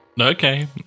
Okay